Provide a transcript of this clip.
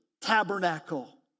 tabernacle